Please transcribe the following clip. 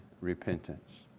repentance